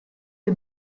the